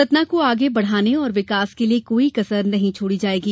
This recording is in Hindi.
सतना को आगे बढ़ाने और विकास के लिए कोई कसर नहीं छोड़ी जाएगी